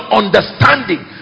understanding